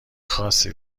خاصی